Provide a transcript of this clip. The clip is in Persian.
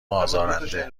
آزارنده